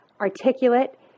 articulate